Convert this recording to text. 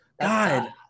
God